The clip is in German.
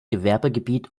gewerbegebiet